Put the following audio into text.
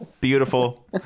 Beautiful